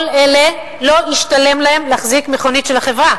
כל אלה לא ישתלם להם להחזיק מכונית של החברה.